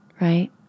right